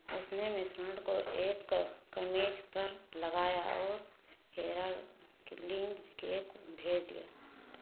उसने मिश्रण को एक कमीज पर लगाया और हेराक्लीज़ के भेज दिया